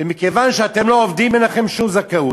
ומכיוון שאתם לא עובדים אין לכם שום זכאות.